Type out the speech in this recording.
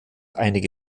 einige